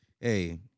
Hey